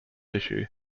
issue